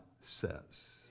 says